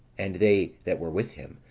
and they that were with him,